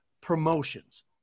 promotions